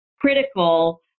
critical